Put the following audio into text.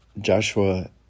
Joshua